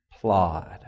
plod